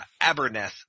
Aberneth